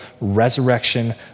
resurrection